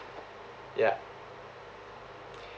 ya